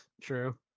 true